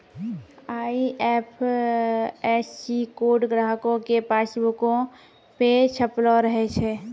IFSC code ग्राहको के पासबुको पे छपलो रहै छै